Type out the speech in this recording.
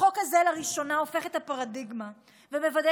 החוק הזה לראשונה הופך את הפרדיגמה ומוודא